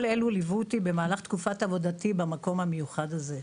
כל אלה ליוו אותי במהלך תקופת עבודתי במקום המיוחד הזה.